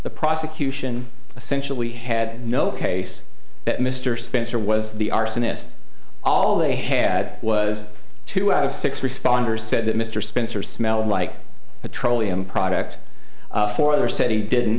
the prosecution essentially had no case that mr spencer was the arsonist all they had was two out of six responders said that mr spencer smelled like petroleum product for other said he didn't